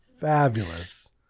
Fabulous